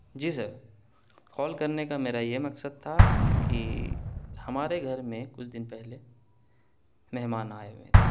جی sir call کرنے کا میرا یہ مقصد تھا کہ ہمارے گھر میں کچھ دن پہلے مہمان آئے ہوئے تھے